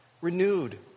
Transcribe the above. renewed